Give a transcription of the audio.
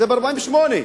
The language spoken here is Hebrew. זה ב-48'.